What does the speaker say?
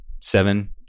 seven